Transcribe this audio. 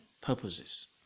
purposes